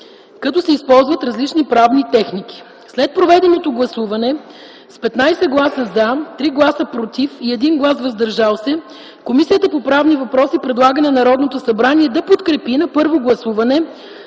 като се използват различни правни техники. След проведеното гласуване с 15 гласа „за”, 3 гласа „против” и 1 глас „въздържал се”, Комисията по правни въпроси предлага на Народното събрание да подкрепи на първо гласуване